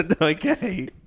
Okay